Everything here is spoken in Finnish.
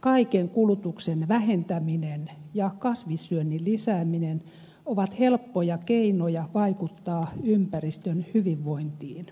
kaiken kulutuksen vähentäminen ja kasvissyönnin lisääminen ovat helppoja keinoja vaikuttaa ympäristön hyvinvointiin